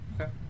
Okay